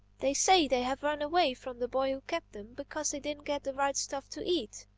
they say they have run away from the boy who kept them because they didn't get the right stuff to eat.